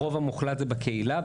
הרוב המוחלט זה בקהילה,